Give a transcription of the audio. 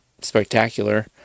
spectacular